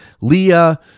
Leah